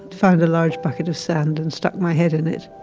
found a large bucket of sand and stuck my head in it